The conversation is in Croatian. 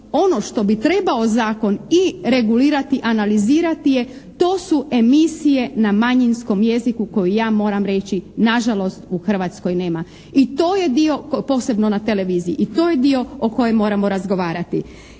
ono što bi trebao zakon i regulirati, analizirati to su emisije na manjinskom jeziku koje ja moram reći nažalost u Hrvatskoj nema, posebno na televiziji. I to je dio o kojem moramo razgovarati.